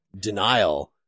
denial –